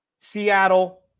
Seattle